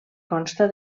consta